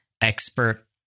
expert